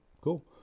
cool